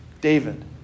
david